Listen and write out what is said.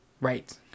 Right